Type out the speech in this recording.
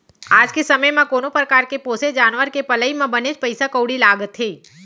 आज के समे म कोनो परकार के पोसे जानवर के पलई म बनेच पइसा कउड़ी लागथे